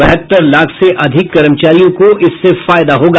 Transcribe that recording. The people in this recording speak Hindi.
बहत्तर लाख से अधिक कर्मचारियों को इससे फायदा होगा